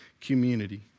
community